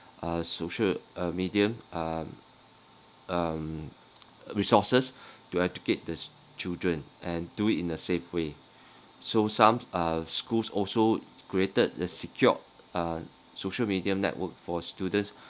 uh social uh media um um resources to educate the children and do it in a safe way so some uh schools also created a secured uh social media network for students